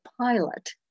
pilot